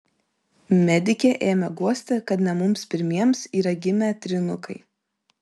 medikė ėmė guosti kad ne mums pirmiems yra gimę trynukai